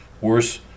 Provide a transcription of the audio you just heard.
worse